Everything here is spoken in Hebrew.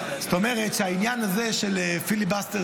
זאת אומרת שהעניין הזה של פיליבסטר,